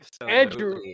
Andrew